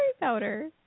powder